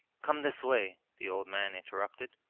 come this way the old man interrupted.